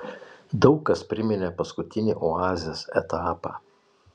daug kas priminė paskutinį oazės etapą